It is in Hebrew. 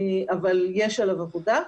אבל יש עליו עבודה.